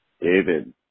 David